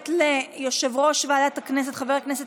קוראת ליושב-ראש ועדת הכנסת חבר הכנסת